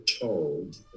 told